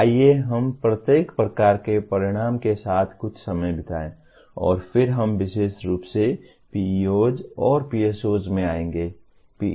आइए हम प्रत्येक प्रकार के परिणाम के साथ कुछ समय बिताएं और फिर हम विशेष रूप से PEOs और PSOs में आएंगे